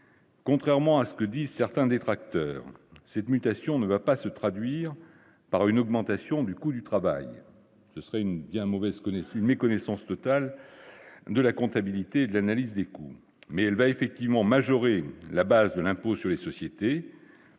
Contrairement à ce que disent certains détracteurs cette mutation ne va pas se traduire par une augmentation du coût du travail, ce serait une bien mauvaise connaissent une méconnaissance totale de la comptabilité de l'analyse des coûts, mais elle va effectivement majoré la base de l'impôt sur les sociétés,